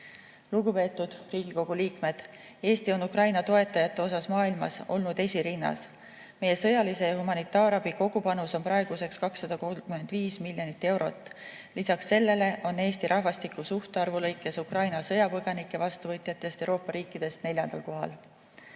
aastaga. Lugupeetud Riigikogu liikmed! Eesti on Ukraina toetamisel maailmas olnud esirinnas. Meie sõjalise ja humanitaarabi kogupanus on praeguseks 235 miljonit eurot. Lisaks sellele on Eesti rahvastiku suhtarvu arvestades Ukraina sõjapõgenikke vastu võtnud Euroopa riikide seas neljandal kohal.